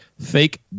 Fake